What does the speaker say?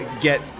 get